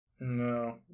No